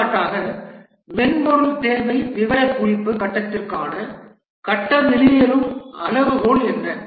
எடுத்துக்காட்டாக மென்பொருள் தேவை விவரக்குறிப்பு கட்டத்திற்கான கட்ட வெளியேறும் அளவுகோல் என்ன